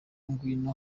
ngwino